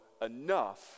enough